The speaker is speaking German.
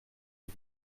die